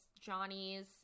Johnny's